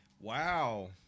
Wow